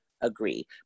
agree